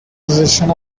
positions